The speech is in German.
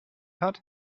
hat